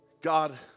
God